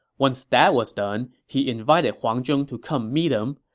once that was done, he invited huang zhong to come meet him,